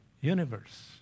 universe